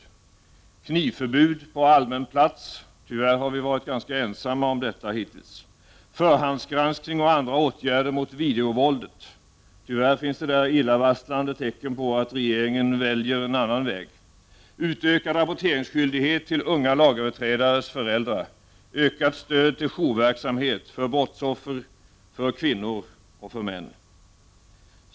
Centern har vidare föreslagit knivförbud på allmän plats. Tyvärr har centern varit ganska ensam om detta hittills. Centern har även föreslagit förhandsgranskning och andra åtgärder mot videovåldet. Tyvärr finns det i detta sammanhang illavarslande tecken på att regeringen väljer en annan väg. Vidare har centern krävt utökad rapporteringsskyldighet till unga lagöverträdares föräldrar. Centern har även krävt ökat stöd till jourverksamhet för brottsoffer, för kvinnor och män.